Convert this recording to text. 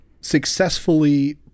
successfully